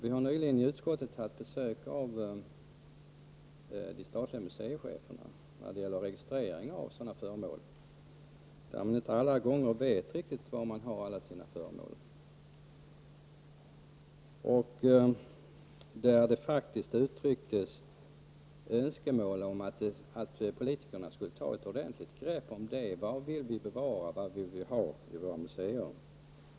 Vi har nyligen i utskottet haft besök av de statliga museicheferna angående registreringen av sådana föremål. De vet inte riktigt alla gånger var dessa föremål är. Det uttrycktes vid detta besök faktiskt önskemål om att politikerna skulle ta ett ordentligt grepp om denna fråga. Vad vill vi bevara, vad vill vi ha i våra museer?